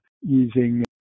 using